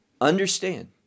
understand